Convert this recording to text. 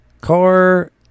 car